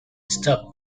stop